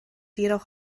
jedoch